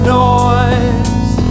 noise